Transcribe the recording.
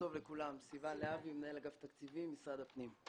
סיון להבי, מנהל אגף תקציבים במשרד הפנים.